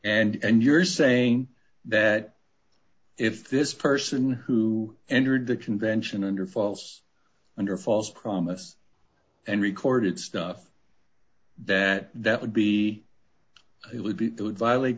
and you're saying that if this person who entered the convention under false under false promise and recorded stuff that that would be it would be it would violate